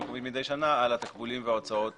המקומית מידי שנה על התקבולים וההוצאות